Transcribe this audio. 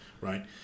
Right